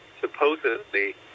supposedly